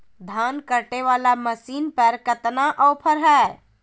धान कटे बाला मसीन पर कतना ऑफर हाय?